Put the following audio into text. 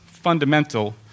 Fundamental